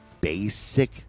basic